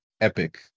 epic